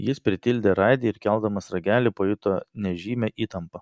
jis pritildė radiją ir keldamas ragelį pajuto nežymią įtampą